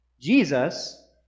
Jesus